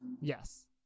Yes